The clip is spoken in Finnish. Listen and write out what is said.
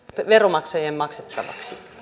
veronmaksajien maksettavaksi